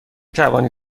توانید